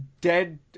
Dead